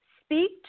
Speak